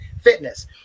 Fitness